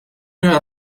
üha